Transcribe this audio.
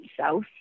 south